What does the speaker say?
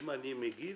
אם אני מגיב,